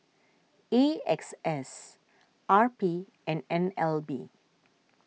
A X S R P and N L B